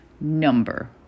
number